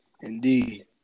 Indeed